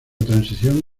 transición